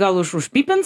gal už užpypins